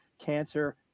cancer